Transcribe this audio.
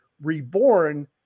reborn